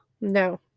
No